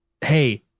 Hey